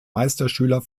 meisterschüler